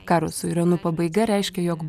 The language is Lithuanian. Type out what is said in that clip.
karo su iranu pabaiga reiškė jog